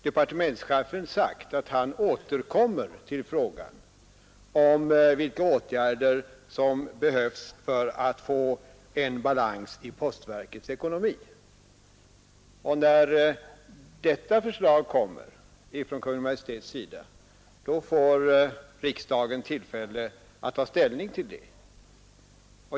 Departementschefen har sagt att han återkommer till frågan om vilka åtgärder som behövs för att få en balans i postverkets ekonomi, och när detta förslag kommer från Kungl. Maj:t får riksdagen tillfälle att ta ställning till det.